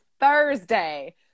thursday